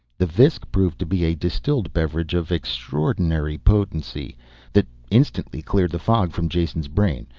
the visk proved to be a distilled beverage of extraordinary potency that instantly cleared the fog from jason's brain,